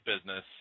business